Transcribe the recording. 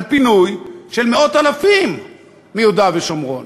על פינוי של מאות-אלפים מיהודה ושומרון,